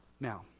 Now